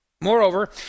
Moreover